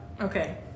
Okay